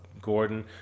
Gordon